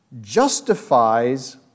justifies